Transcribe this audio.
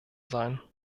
sein